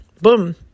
boom